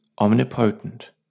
omnipotent